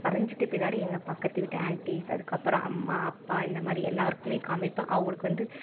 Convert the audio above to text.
வரைஞ்சுட்டு பின்னாடி எங்கள் பக்கத்து வீட்டு ஆண்ட்டிஸ் அதுக்கப்புறம் அம்மா அப்பா இந்தமாதிரி எல்லோருக்குமே காமிப்பேன் அவங்களுக்கு வந்து